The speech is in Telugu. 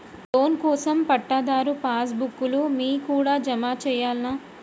లోన్ కోసం పట్టాదారు పాస్ బుక్కు లు మీ కాడా జమ చేయల్నా?